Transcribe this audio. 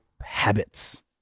habits